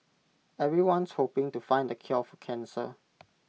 everyone's hoping to find the cure for cancer